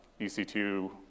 EC2